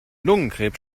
lungenkrebs